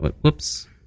whoops